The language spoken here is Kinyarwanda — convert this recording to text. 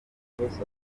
umuriro